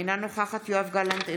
אינה נוכחת יואב גלנט,